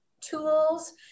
tools